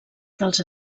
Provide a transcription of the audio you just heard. dels